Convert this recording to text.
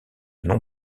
non